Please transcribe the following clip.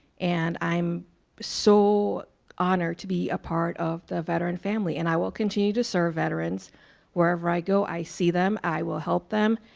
and i'm so honored to be ah part of the veteran family and i will continue to serve veterans wherever i go i see them, i will help them,